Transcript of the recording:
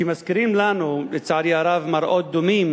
שמזכירים לנו, לצערי הרב, מראות דומים